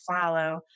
follow